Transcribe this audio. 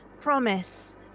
promise